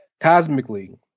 cosmically